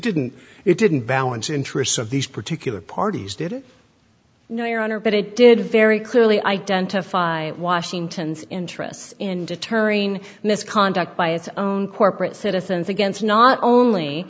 didn't it didn't balance interests of these particular parties did it no your honor but it did a very clearly identify washington's interest in deterring misconduct by its own corporate citizens against not